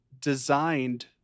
designed